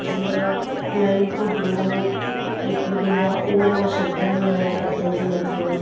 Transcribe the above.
जीअं plant grow liquid ईंदो आहे उहो मां छिणिकारींदी आहियां पतनि जे मथां